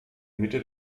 mitte